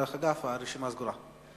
דרך אגב, הרשימה סגורה.